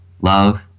Love